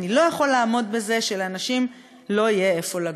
אני לא יכול לעמוד בזה שלאנשים לא יהיה איפה לגור.